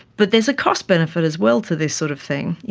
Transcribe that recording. but there's a cost benefit as well to this sort of thing.